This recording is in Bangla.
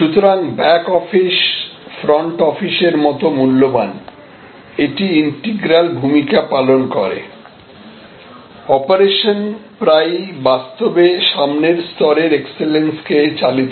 সুতরাং ব্যাক অফিস ফ্রন্ট অফিস এর মতই মূল্যবান এটি ইন্টিগ্রাল ভূমিকা পালন করে অপারেশন প্রায়েই বাস্তবে সামনের স্তরের এক্সেলেন্স কে চালিত করে